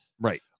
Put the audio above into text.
Right